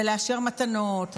לאשר מתנות,